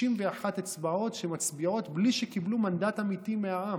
61 אצבעות שמצביעות בלי שקיבלו מנדט אמיתי מהעם.